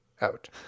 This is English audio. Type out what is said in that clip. out